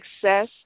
success